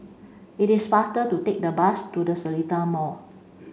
it is faster to take the bus to The Seletar Mall